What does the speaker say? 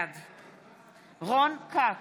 בעד רון כץ,